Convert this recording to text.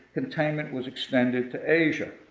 containment was extended to asia.